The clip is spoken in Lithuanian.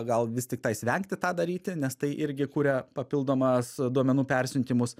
gal vis tiktais vengti tą daryti nes tai irgi kuria papildomas duomenų persiuntimus